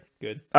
good